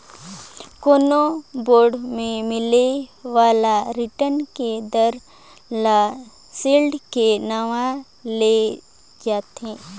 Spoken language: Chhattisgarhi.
कोनो बांड मे मिले बाला रिटर्न के दर ल सील्ड के नांव ले जानथें